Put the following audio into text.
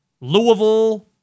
Louisville